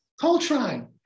Coltrane